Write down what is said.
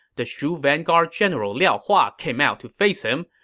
the shu vanguard general liao hua came out to face him,